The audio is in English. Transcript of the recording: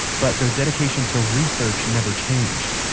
but their dedication to research never changed.